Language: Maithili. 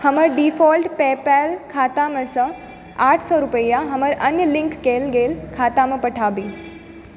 हमर डिफॉल्ट पेपैल खातामेसँ आठ सए रुपैया हमर अन्य लिङ्क कयल गेल खातामे पठाबी